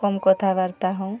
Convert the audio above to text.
କମ୍ କଥାବାର୍ତ୍ତା ହଉ